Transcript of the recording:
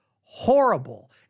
horrible